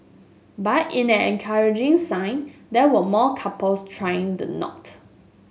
but in an encouraging sign there were more couples tying the knot